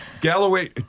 Galloway